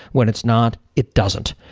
when it's not, it doesn't.